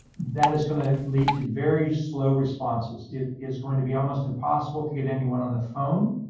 that is going to lead to very slow responses. it is going to be almost impossible to get anyone on the phone.